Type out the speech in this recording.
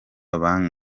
banki